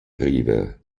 river